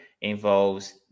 involves